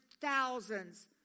thousands